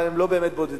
אבל הם לא באמת בודדים,